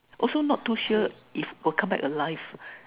also not too sure if would come back alive